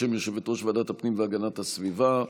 בשם יושבת-ראש ועדת הפנים והגנת הסביבה,